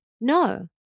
No